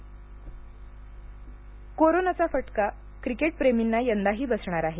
रणजी नाही कोरोनाचा फटका क्रिकेटप्रेमींना यंदाही बसणार आहे